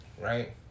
right